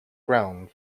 ground